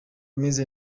meze